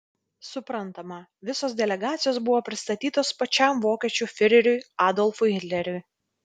suprantama visos delegacijos buvo pristatytos pačiam vokiečių fiureriui adolfui hitleriui